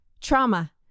trauma